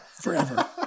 forever